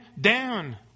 down